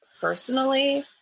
personally